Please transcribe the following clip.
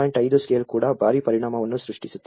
5 scale ಕೂಡ ಭಾರಿ ಪರಿಣಾಮವನ್ನು ಸೃಷ್ಟಿಸುತ್ತಿದೆ